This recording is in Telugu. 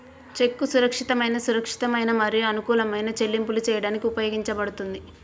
చెక్కు సురక్షితమైన, సురక్షితమైన మరియు అనుకూలమైన చెల్లింపులు చేయడానికి ఉపయోగించబడుతుంది